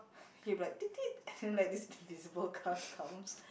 he will be like then like this invisible car comes